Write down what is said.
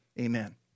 Amen